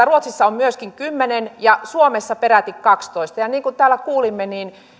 ruotsissa on myöskin kymmentä kohti yksi ja suomessa peräti kahtatoista ja niin kuin täällä kuulimme